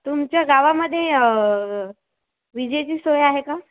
तुमच्या गावामध्ये विजेची सोय आहे का